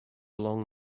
along